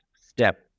step